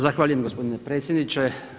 Zahvaljujem gospodine predsjedniče.